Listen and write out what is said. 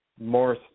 more